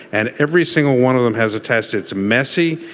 and every single one of them has a test it's messy.